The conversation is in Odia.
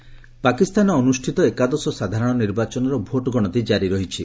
ପାକ୍ ଇଲେକ୍ସନ ପାକିସ୍ତାନରେ ଅନୁଷ୍ଠିତ ଏକାଦଶ ସାଧାରଣ ନିର୍ବାଚନର ଭୋଟ ଗଣତି ଜାରି ରହିଛି